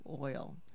Oil